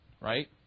right